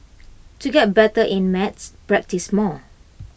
to get better at maths practise more